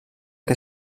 que